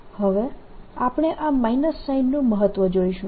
હવે આપણે આ માઇનસ સાઈનનું મહત્વ જોઈશું